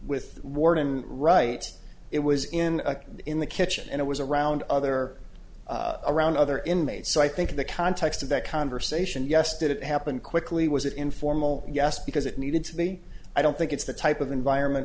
with the warden right it was in a in the kitchen and it was around other around other inmates so i think the context of that conversation yes did it happen quickly was it informal yes because it needed to be i don't think it's the type of environment